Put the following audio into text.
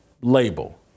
label